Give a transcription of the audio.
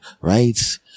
right